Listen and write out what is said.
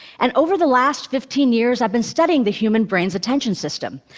and over the last fifteen years, i've been studying the human brain's attention system.